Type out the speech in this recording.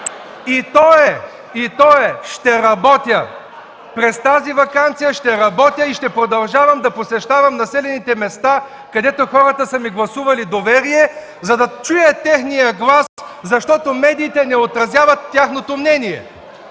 в ГЕРБ.) И то е: ще работя, през тази ваканция ще работя и ще продължавам да посещавам населените места, където хората са ми гласували доверие, за да чуя техния глас, защото медиите не отразяват тяхното мнение.